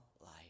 life